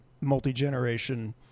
multi-generation